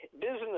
business